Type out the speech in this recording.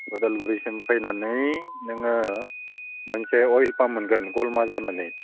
अदालगुरिसिम फैनानै नोङो मोनसे अइल पाम्प मोनगोन गलमा जानानै